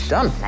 Done